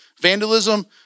vandalism